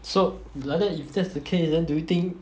so like that if that's the case then do you think